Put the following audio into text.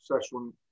session